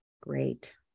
Great